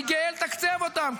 אני גאה לתקצב אותם,